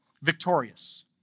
Victorious